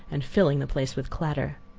and filling the place with clatter.